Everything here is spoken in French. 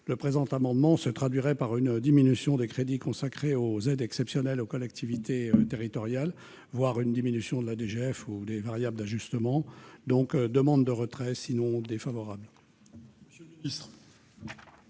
du présent amendement se traduirait par une diminution des crédits consacrés aux aides exceptionnelles aux collectivités territoriales, voire par une baisse de la DGF ou des variables d'ajustement. Je demande donc également de retrait